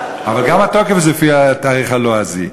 אבל גם התוקף הוא לפי התאריך הלועזי.